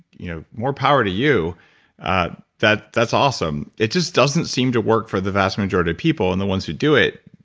you know more power to you ah that's awesome. it just doesn't seem to work for the vast majority of people. and the ones who do it,